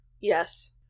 yes